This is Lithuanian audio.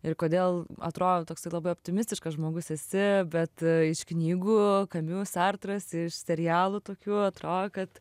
ir kodėl atrodo toksai labai optimistiškas žmogus esi bet iš knygų kamiu sartras iš serialų tokių atrodo kad